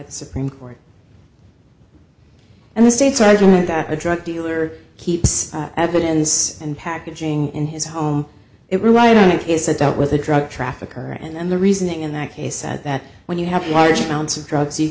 the supreme court and the state's argument that a drug dealer keeps evidence and packaging in his home it right on a case that dealt with a drug trafficker and the reasoning in that case said that when you have large amounts of drugs you